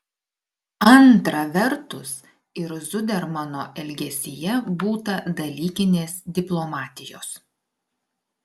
antra vertus ir zudermano elgesyje būta dalykinės diplomatijos